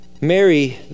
Mary